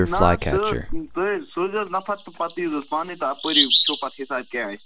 نَہ حظ تُہۍ حظ سوٗزِو حظ نفر تہٕ پتہٕ ییٖزِہُس پانَے تہٕ اپٲری وٕچھو پتہٕ حِساب کیٛاہ آسہِ